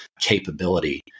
capability